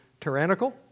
tyrannical